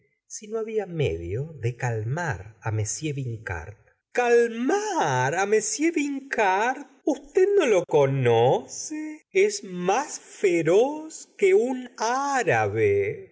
si no había medio de calmar á monsieur vincart calmar á m vincart usted no lo conoce es más feroz que un árabe